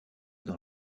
dans